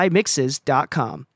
mixes.com